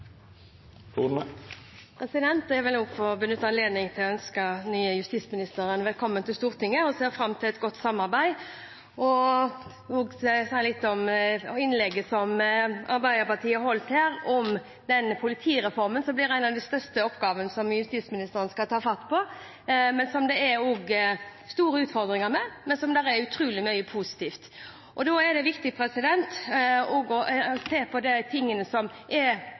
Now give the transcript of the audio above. vil også få benytte anledningen til å ønske den nye justisministeren velkommen til Stortinget, og jeg ser fram til et godt samarbeid. Jeg vil si til innlegget som Arbeiderpartiets representant holdt her, at politireformen blir en av de største oppgavene som justisministeren skal ta fatt på, og som det er store utfordringer med, men hvor det er utrolig mye positivt. Da er det viktig å se på det som er